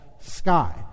sky